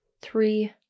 three